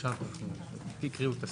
עכשיו תקראו את הסעיף.